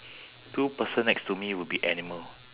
two person next to me will be animal